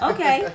Okay